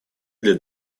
для